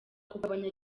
kugabanya